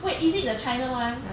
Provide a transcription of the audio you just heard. wait is it the china one